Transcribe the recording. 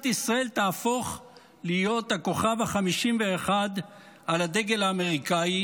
ישראל תהפוך להיות הכוכב ה-51 על הדגל האמריקאי,